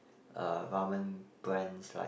uh ramen brands like